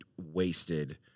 wasted